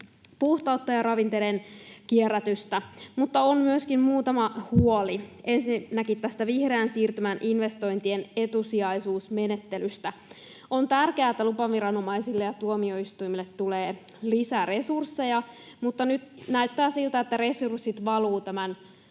puhtautta ja ravinteiden kierrätystä — mutta on myöskin muutama huoli. Ensinnäkin tästä vihreän siirtymän investointien etusijaisuusmenettelystä. On tärkeää, että lupaviranomaisille ja tuomioistuimille tulee lisäresursseja, mutta nyt näyttää siltä, että resurssit valuvat tämän